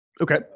okay